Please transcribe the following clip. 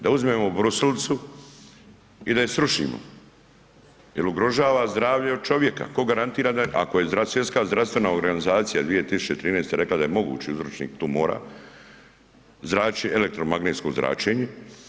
Da uzmemo brusilicu i da je srušimo jel ugrožava zdravlje od čovjeka, ko garantira, ako je zdravstvenska, zdravstvena organizacija 2013. rekla da je mogući uzročnik tumora zračenje, elektromagnetsko zračenje.